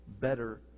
better